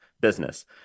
business